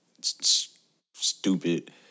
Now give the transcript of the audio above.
stupid